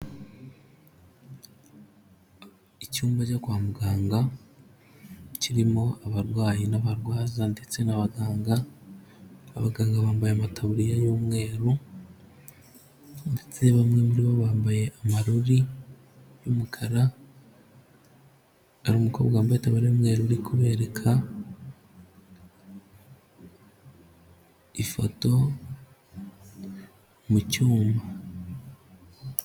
Icyumba cyo kwa muganga kirimo abarwayi n'abarwaza ndetse n'abaganga, abaganga bambaye amatabuririya y'umweru ndetse bamwe muri bo bambaye amarori y'umukara hari umukobwa wambayeba itaburiya y'umweru uri kubereka ifoto mu cyuma.